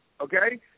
Okay